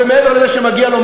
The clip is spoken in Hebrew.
ומעבר לזה שמגיע לו,